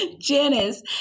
Janice